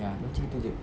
ya dia macam gitu jer